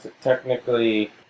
technically